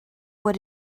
what